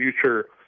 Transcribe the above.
future